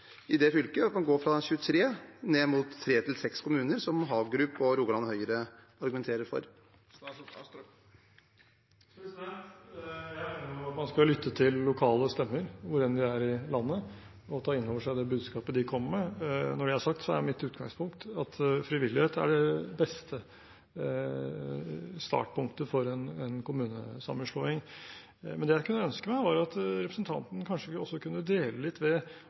i det fylket, at man går fra 23 og ned mot tre–seks kommuner, som Hagerup og Rogaland Høyre argumenterer for? Jeg mener at man skal lytte til lokale stemmer, hvor enn de er i landet, og ta inn over seg det budskapet de kommer med. Når det er sagt, er mitt utgangspunkt at frivillighet er det beste startpunktet for en kommunesammenslåing. Det jeg kunne ønske meg, er at representanten kanskje også kunne dvele litt ved